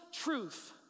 truth